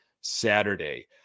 Saturday